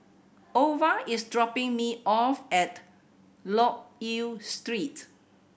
ova is dropping me off at Loke Yew Street